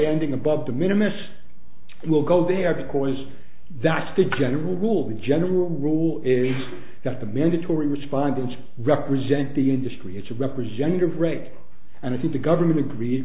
standing above them in a mess will go there because that's the general rule the general rule is that the mandatory respondents represent the industry it's a representative rake and i think the government agree